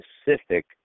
specific